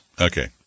okay